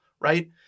right